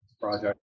project